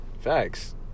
facts